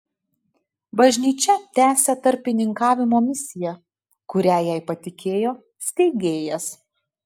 bažnyčia tęsia tarpininkavimo misiją kurią jai patikėjo steigėjas